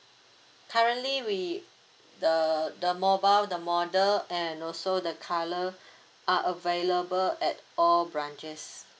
currently we the the mobile the model and also the colour are available at all branches